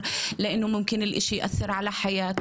אבל אני אוהבת עוד פתיחה עד עשר,